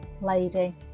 lady